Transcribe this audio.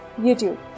YouTube